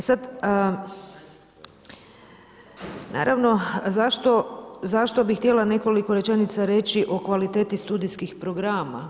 E sad, naravno zašto bi htjela nekoliko rečenica reći o kvaliteti studijskih programa?